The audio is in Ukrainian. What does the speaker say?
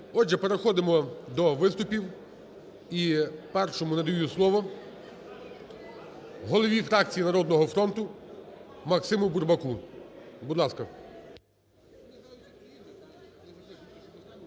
переходимо до виступів. І першому надаю слово голові фракції "Народного фронту" МаксимуБурбаку. Будь ласка.